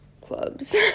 clubs